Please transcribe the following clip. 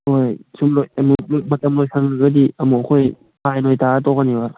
ꯍꯣꯏ ꯁꯨꯝ ꯃꯇꯝ ꯂꯣꯏꯁꯤꯟꯒ꯭ꯔꯒꯗꯤ ꯑꯃꯨꯛ ꯑꯩꯈꯣꯏ ꯐꯥꯏꯟ ꯑꯣꯏ ꯇꯥꯔ ꯇꯣꯛꯀꯅꯦꯕ